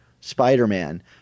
Spider-Man